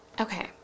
Okay